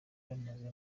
bamaze